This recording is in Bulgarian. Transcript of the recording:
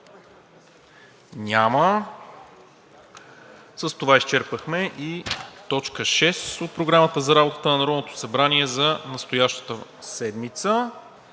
Няма. С това изчерпахме и точка шеста от Програмата за работата на Народното събрание за настоящата седмица.